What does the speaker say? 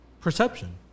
perception